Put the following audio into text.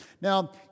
Now